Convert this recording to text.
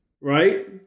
right